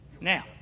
Now